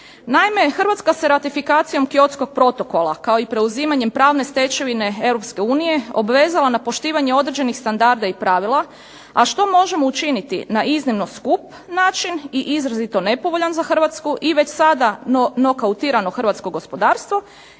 Naime, hrvatska se ratifikacijom Kyotskog protokola kao i preuzimanjem pravne stečevine EU obvezala na poštivanje određenih standarda i pravila a što možemo učiniti na iznimno skup način i izrazito nepovoljan za Hrvatsku i već sada nokautirano hrvatsko gospodarstvo